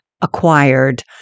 acquired